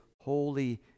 holy